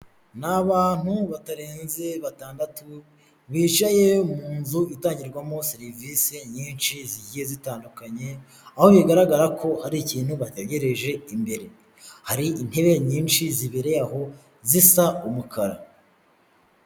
Ni abantu batarenze batandatu, bicaye mu nzu itangirwamo serivisi nyinshi zigiye zitandukanye, aho bigaragara ko hari ikintu bategereje imbere. Hari intebe nyinshi zibereye aho zisa umukara.